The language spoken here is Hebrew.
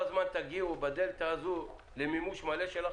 זמן תגיעו בדלתא הזו למימוש מלא של החוק?